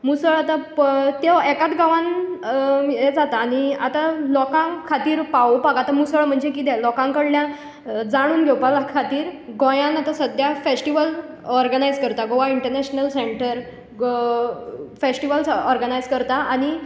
मुसळ आतां त्यो एकात गांवान हें जाता आनी आतां लोकांक खातीर पावोवपाक आतां मुसळ म्हणजे किदें लोकांक कडल्यान जाणून घेवपा खातीर गोंयान आतां सद्या फॅश्टिवल ऑर्गनायज करता Goa international centre festivals organise करता आनी